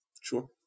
Sure